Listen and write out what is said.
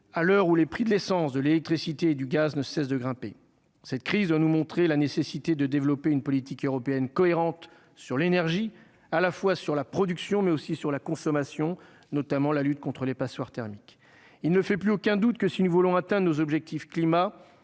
à l'heure où les prix de l'essence de l'électricité et du gaz ne cesse de grimper cette crise nous montrer la nécessité de développer une politique européenne cohérente sur l'énergie à la fois sur la production, mais aussi sur la consommation, notamment la lutte contre les passoires thermiques, il ne fait plus aucun doute que si nous voulons atteindre nos objectifs, climat,